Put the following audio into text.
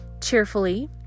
cheerfully